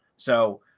so,